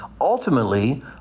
Ultimately